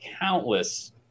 countless